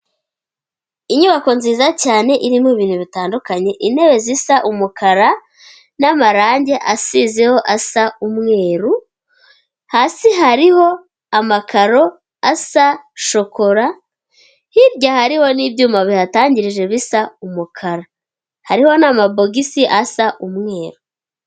Inyubako nziza cyane irimo ibintu bitandukanye intebe zisa umukara n'amarangi asizeho asa umweru, hasi hariho amakaro asa shokora, hirya hariho n'ibyuma bihatangirije bisa umukara, hariho n'amabogisi asa umweru.